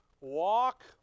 walk